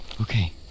Okay